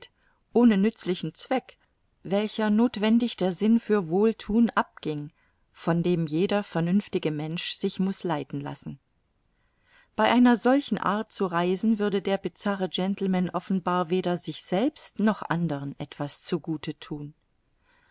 ohne nützlichen zweck welcher nothwendig der sinn für wohlthun abging von dem jeder vernünftige mensch sich muß leiten lassen bei einer solchen art zu reisen würde der bizarre gentleman offenbar weder sich selbst noch anderen etwas zu gute thun